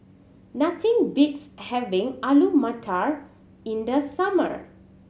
nothing beats having Alu Matar in the summer